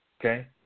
okay